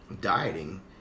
dieting